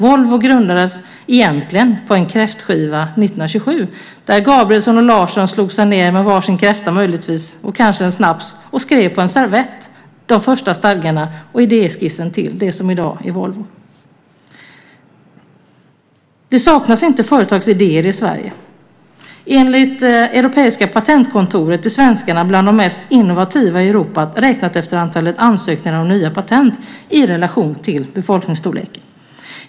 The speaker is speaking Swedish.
Volvo grundades egentligen på en kräftskiva 1927, där Gabrielsson och Larsson slog sig ned, med varsin kräfta möjligtvis och kanske en snaps, och skrev på en servett de första stadgarna och idéskissen till det som i dag är Volvo. Det saknas inte företagsidéer i Sverige. Enligt Europeiska patentkontoret är svenskarna bland de mest innovativa i Europa, räknat efter antalet ansökningar om nya patent i relation till befolkningens storlek.